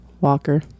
Walker